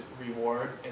reward